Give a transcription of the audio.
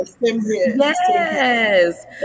Yes